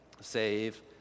save